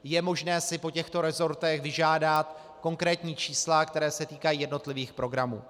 Je možné si po těchto resortech vyžádat konkrétní čísla, která se týkají jednotlivých programů.